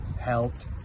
helped